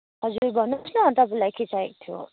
हजुर भन्नुहोस् न तपाईँलाई के चाहिएको थियो